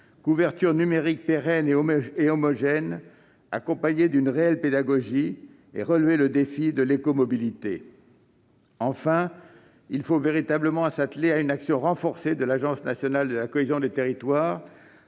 couverture numérique pérenne et homogène accompagnée d'une réelle pédagogie, et relever le défi de l'écomobilité. Enfin, il faut véritablement s'atteler à une action renforcée de l'ANCT- c'était l'une des propositions de notre